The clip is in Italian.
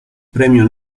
premio